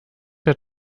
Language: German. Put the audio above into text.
der